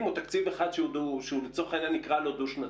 או תקציב אחד שלצורך העניין נקרא לו דו-שנתי.